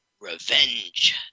revenge